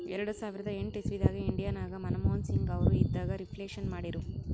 ಎರಡು ಸಾವಿರದ ಎಂಟ್ ಇಸವಿದಾಗ್ ಇಂಡಿಯಾ ನಾಗ್ ಮನಮೋಹನ್ ಸಿಂಗ್ ಅವರು ಇದ್ದಾಗ ರಿಫ್ಲೇಷನ್ ಮಾಡಿರು